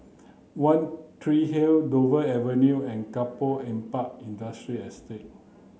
One Tree Hill Dover Avenue and Kampong Ampat Industrial Estate